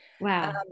wow